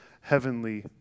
heavenly